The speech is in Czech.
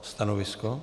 Stanovisko?